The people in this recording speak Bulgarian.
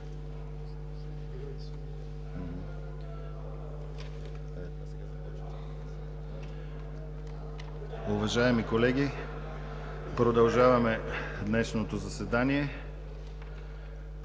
Уважаеми колеги, продължаваме днешното заседание.